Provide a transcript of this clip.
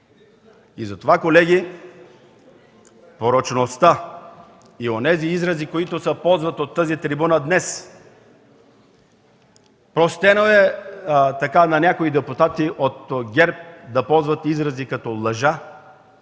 Затова, колеги, порочността и онези изрази, които се ползват от тази трибуна днес, простено е на някои депутати от ГЕРБ да ползват изрази като „лъжа”,